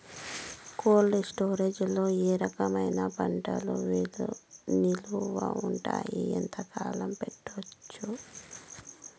Cold storage లో ఏ రకమైన పంటలు నిలువ ఉంటాయి, ఎంతకాలం పెట్టొచ్చు?